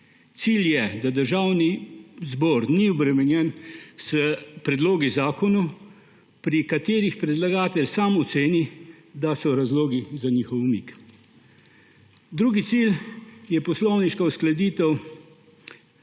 Cilj je, da Državni zbor ni obremenjen s predlogi zakonov, pri katerih predlagatelj sam oceni, da so razlogi za njihov umik. Drugi cilj je poslovniška uskladitev